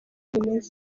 bimeze